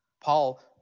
Paul